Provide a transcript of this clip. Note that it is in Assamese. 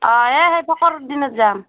অঁ এই সেই ফকৰুদ্দিনত যাম